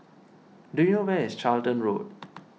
do you where is Charlton Road